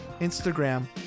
Instagram